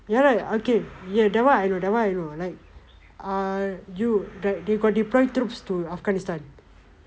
ya lah okay ya that one I know that one I know uh like you they got deploy troops to Afghanistan